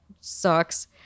sucks